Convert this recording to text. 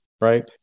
right